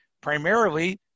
primarily